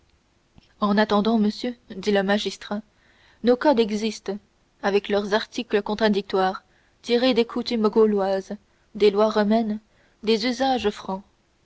en attendant monsieur dit le magistrat nos codes existent avec leurs articles contradictoires tirés des coutumes gauloises des lois romaines des usages